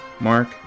Mark